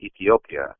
Ethiopia